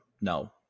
No